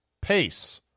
pace